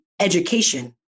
education